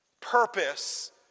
purpose